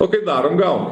o kai darom gaunas